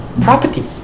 property